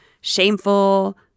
shameful